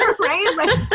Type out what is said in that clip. Right